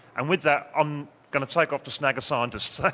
and with that i'm going to take off to snag a scientist.